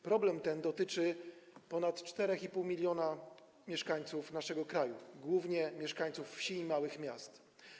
Problem ten dotyczy ponad 4,5 mln mieszkańców naszego kraju, głównie mieszkańców wsi i małych miast.